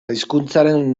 hizkuntzaren